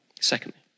Secondly